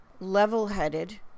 level-headed